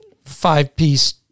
five-piece